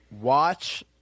watch